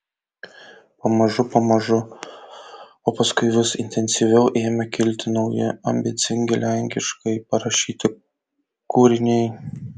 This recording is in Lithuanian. pamažu pamažu o paskui vis intensyviau ėmė kilti nauji ambicingi lenkiškai parašyti kūriniai